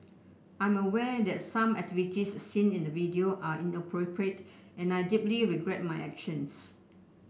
I'm aware that some activities seen in the video are inappropriate and I deeply regret my actions